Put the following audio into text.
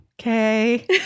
okay